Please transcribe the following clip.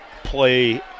Play